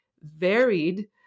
varied